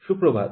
সুপ্রভাত